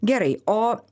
gerai o